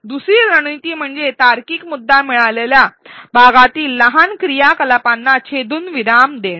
दुसरी रणनीती म्हणजे तार्किक मुद्दा मिळालेल्या भागातील लहान क्रियाकलापांना छेदून विराम देणे